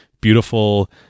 beautiful